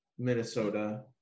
minnesota